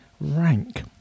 rank